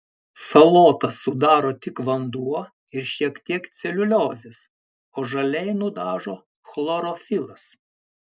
salotas sudaro tik vanduo ir šiek tiek celiuliozės o žaliai nudažo chlorofilas